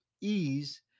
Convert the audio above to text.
ease